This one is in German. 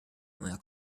neuer